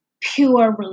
pure